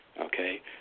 okay